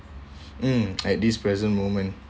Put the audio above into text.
mm at this present moment